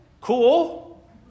cool